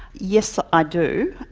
yes, i do,